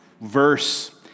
verse